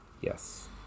Yes